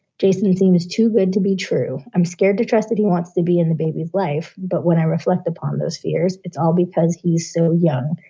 jason seems too good to be true. i'm scared to trust that he wants to be in the baby's life. but when i reflect upon those fears, it's all because he's so young.